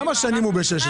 כמה שנים הוא ב-16